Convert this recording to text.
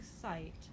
Site